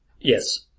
yes